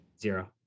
Zero